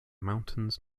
mountains